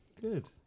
Good